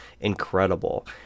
incredible